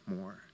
more